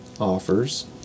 offers